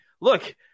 look